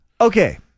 Okay